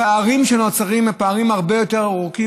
הפערים שנוצרים הם הרבה יותר גדולים,